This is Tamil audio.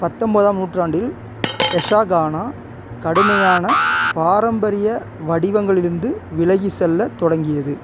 பத்தொன்பதாம் நூற்றாண்டில் யக்ஷகானா கடுமையான பாரம்பரிய வடிவங்களிலிருந்து விலகி செல்லத் தொடங்கியது